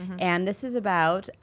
and this is about.